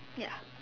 ya